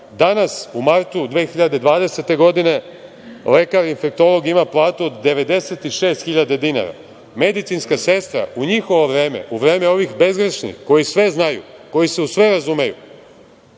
danas, u martu 2020. godine, lekar infektolog ima platu 96.000 dinara. Medicinska sestra u njihovo vreme, u vreme ovih bezgrešnih, koji sve znaju, koji se u sve razumeju,